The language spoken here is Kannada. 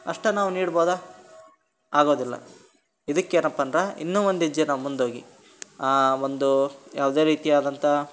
ಅಷ್ಟೇ ನಾವು ನೀಡ್ಬೋದ ಆಗೋದಿಲ್ಲ ಇದಕ್ಕೆ ಏನಪ್ಪ ಅಂದ್ರೆ ಇನ್ನೂ ಒಂದು ಹೆಜ್ಜೆ ನಾವು ಮುಂದೋಗಿ ಒಂದು ಯಾವುದೇ ರೀತಿಯಾದಂಥ